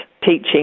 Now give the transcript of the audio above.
teaching